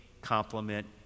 complement